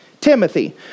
Timothy